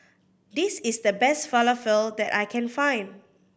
this is the best Falafel that I can find